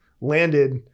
landed